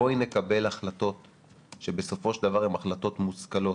בואי נקבל החלטות שבסופו של דבר הן החלטות מושכלות,